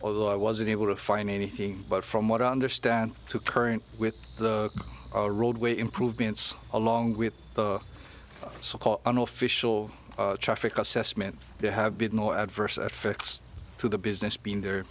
although i wasn't able to find anything but from what i understand to current with the roadway improvements along with an official traffic assessment there have been no adverse effects to the business being there